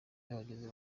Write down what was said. n’abagizi